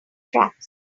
tracks